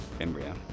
Embryo